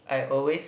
I always